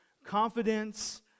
confidence